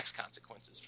consequences